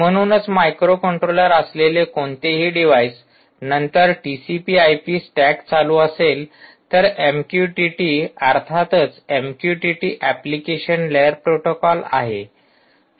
म्हणूनच माइक्रोकंट्रोलर असलेले कोणतेही डिव्हाइस नंतर टीसीपी आय पी स्टॅक चालू असेल तर एमक्यूटीटी अर्थातच एमक्यूटीटी एप्लिकेशन लेयर प्रोटोकॉल आहे